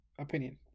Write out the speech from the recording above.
opinion